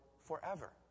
forever